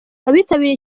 abitabiriye